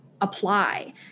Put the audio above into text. apply